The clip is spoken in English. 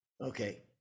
okay